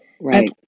Right